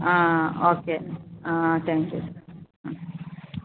ആ ഓക്കെ ആ താങ്ക്യൂ